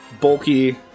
bulky